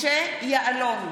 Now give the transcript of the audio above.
משה יעלון,